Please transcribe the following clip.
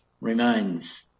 remains